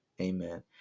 Amen